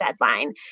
deadline